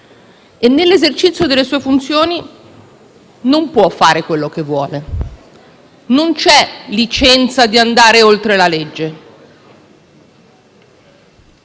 e, nell'esercizio delle sue funzioni, non può fare quello che vuole. Non c'è licenza di andare oltre la legge.